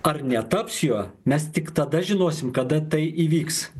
ar netaps juo mes tik tada žinosim kada tai įvyks